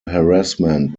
harassment